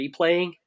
replaying